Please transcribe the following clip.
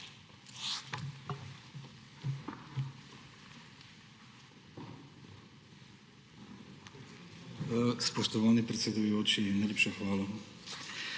Spoštovani predsedujoči, najlepša hvala.